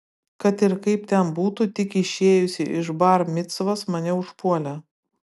kad ir kaip ten būtų tik išėjusį iš bar micvos mane užpuolė